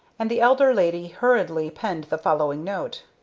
and the elder lady hurriedly penned the following note